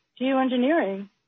geoengineering